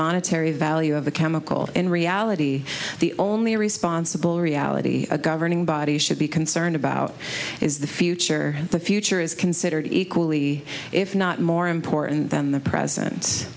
monetary value of the chemical in reality the only responsible reality a governing body should be concerned about is the future the future is considered equally if not more important than the presen